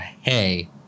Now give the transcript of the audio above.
Hey